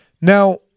Now